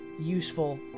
useful